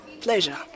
pleasure